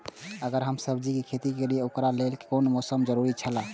अगर हम सब्जीके खेती करे छि ओकरा लेल के हन मौसम के जरुरी छला?